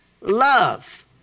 love